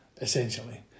essentially